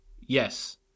yes